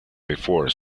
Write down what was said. before